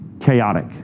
chaotic